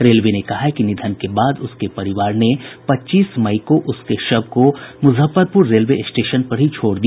railway ने कहा है कि निधन के बाद उसके परिवार ने पच्चीस मई को उसके शव को मुजफ्फरपुर रेलवे स्टेशन पर ही छोड़ दिया